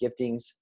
giftings